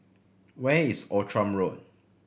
where is Outram Road